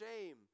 shame